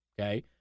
Okay